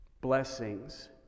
blessings